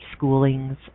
schoolings